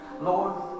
Lord